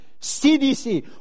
CDC